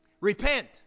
repent